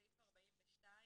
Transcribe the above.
בסעיף (9)